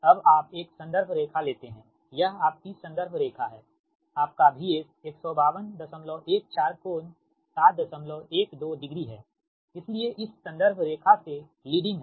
अबआप एक संदर्भ रेखा लेते है यह आपकी संदर्भ रेखा है आपका VS 15214 कोण 712 डिग्री है इसलिए इस संदर्भ रेखा से लीडिंग है